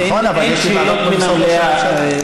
אין שאלות מן המליאה.